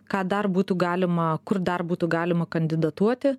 ką dar būtų galima kur dar būtų galima kandidatuoti